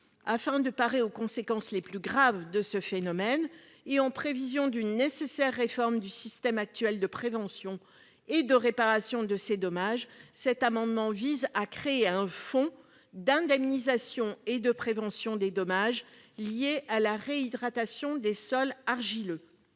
Afin de parer aux conséquences les plus graves de ce phénomène, et en prévision d'une nécessaire réforme du système actuel de prévention et de réparation de ces dommages, cet amendement vise à créer un fonds d'indemnisation et de prévention des dommages liés à la réhydratation des sols argileux.